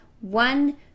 One